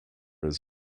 his